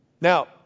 Now